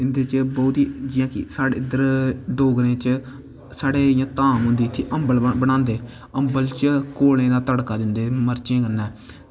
इं'दे च बौह्त गै जि'यां कि साढ़े इद्धर डोगरें च साढ़े इत्थै धाम होंदी अम्बल बनांदे अम्बल च कोलें दा तड़का दिंदे कोलें कन्नै